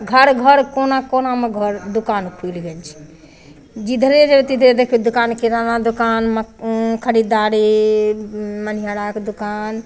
घर घर कोना कोनामे घर दोकान खुलि गेल छै जिधरे जेबै उधरे देखबै दोकान किराना दोकान मक खरीदारी मनिहाराके दोकान